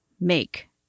make